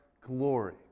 glory